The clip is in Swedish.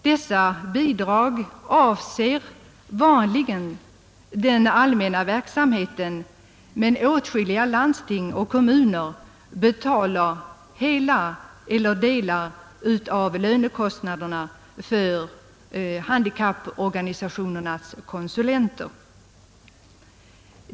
Dessa bidrag avser vanligen den allmänna verksamheten, men åtskilliga landsting och kommuner betalar hela eller delar av lönekostnaden för handikapporganisationernas konsulenter.